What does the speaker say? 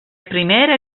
primera